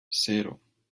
cero